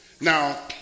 Now